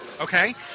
okay